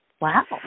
Wow